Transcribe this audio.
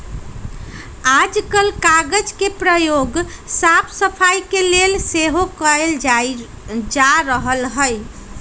याजकाल कागज के प्रयोग साफ सफाई के लेल सेहो कएल जा रहल हइ